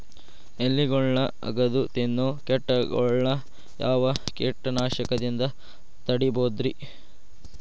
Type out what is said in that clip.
ಎಲಿಗೊಳ್ನ ಅಗದು ತಿನ್ನೋ ಕೇಟಗೊಳ್ನ ಯಾವ ಕೇಟನಾಶಕದಿಂದ ತಡಿಬೋದ್ ರಿ?